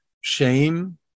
shame